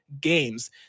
GAMES